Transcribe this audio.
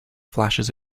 flashes